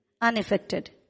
unaffected